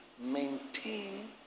maintain